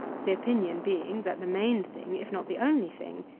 the opinion being, that the main thing, if not the only thing,